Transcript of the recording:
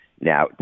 Now